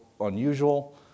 unusual